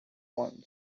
one